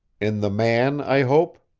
in the man, i hope,